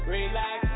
Relax